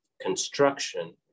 construction